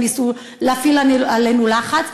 וניסו להפעיל עלינו לחץ,